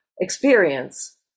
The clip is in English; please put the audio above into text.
experience